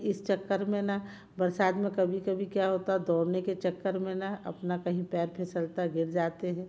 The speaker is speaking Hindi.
इस चक्कर में ना बरसात में कभी कभी क्या होता है दौड़ने के चक्कर में ना अपना कहीं पैर फिसल कर गिर जाते हैं